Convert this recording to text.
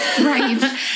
right